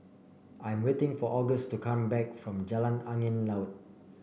I am waiting for August to come back from Jalan Angin Laut